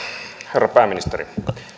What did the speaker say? herra pääministeri